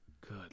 Good